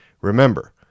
Remember